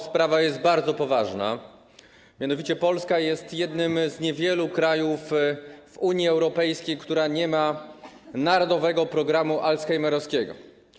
Sprawa jest bardzo poważna, mianowicie Polska jest jednym z niewielu krajów w Unii Europejskiej, które nie mają narodowego programu alzheimerowskiego.